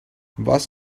was